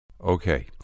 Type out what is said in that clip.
Okay